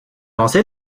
lancé